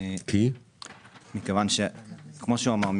מכיוון שכמו שהוא אמר,